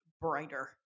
brighter